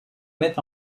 met